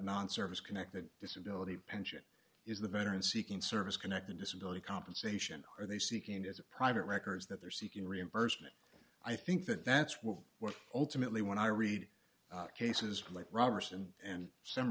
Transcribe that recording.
non survivors connected disability pension is the veteran seeking service connected disability compensation are they seeking as a private records that they're seeking reimbursement i think that that's what we're ultimately when i read cases like roberson and some